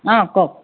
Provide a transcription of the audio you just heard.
অঁ কওক